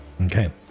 okay